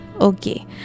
Okay